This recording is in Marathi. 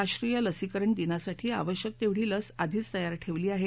राष्ट्रीय लसीकरण दिनासाठी आवश्यक तेवढी लस आधीच तयार ठेवली आहे